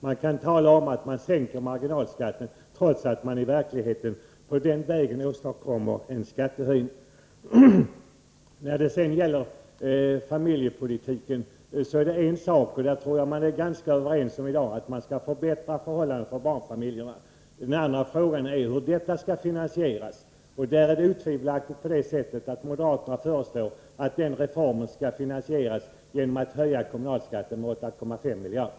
Moderaterna kan säga att de sänker marginalskatten, trots att de på denna väg i verkligheten åstadkommer en skattehöjning. När det gäller familjepolitiken tror jag att man är ganska överens om en sak, nämligen att man skall förbättra förhållandena för barnfamiljerna. Frågan är hur det skall finansieras. Utan tvivel föreslår moderaterna att reformen skall finansieras genom en höjning av kommunalskatten med 8,5 miljarder.